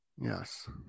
yes